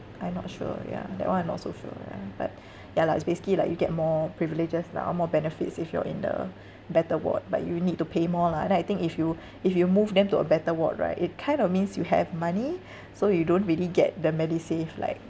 I'm not sure ya that one I'm not so sure ya but ya lah it's basically like you get more privileges lah or more benefits if you're in the better ward but you would need to pay more lah and then I think if you if you move them to a better ward right it kind of means you have money so you don't really get the medisave like